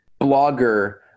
Blogger